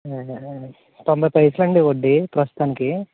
తొంభై పైసలు అండి వడ్డీ ప్రస్తుతానికి